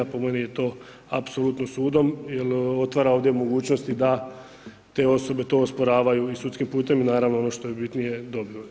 Po meni je to apsolutno sudom, jer otvara ovdje mogućnosti da te osobe to osporavaju i sudskim putem i naravno ono što je bitnije dobiju.